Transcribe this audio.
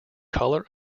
colour